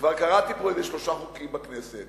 כבר קראתי פה איזה שלושה חוקים בכנסת,